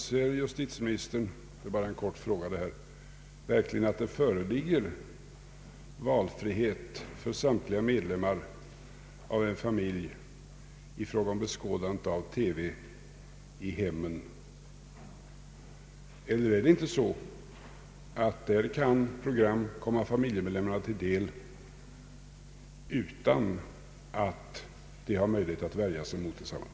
Herr talman! Bara en kort fråga: Anser justitieministern verkligen att det föreligger valfrihet för samtliga medlemmar av en familj i fråga om beskådandet av TV i hemmen, eller är det inte så att där kan program komma familjemedlemmarna till del utan att de har möjlighet att värja sig mot desamma?